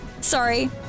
Sorry